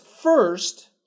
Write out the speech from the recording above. first